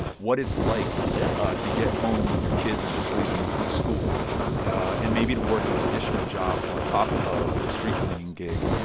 what it's like yeah ah to get home when your kids are just leaving for school and maybe to work an additional job on top of the street cleaning gig.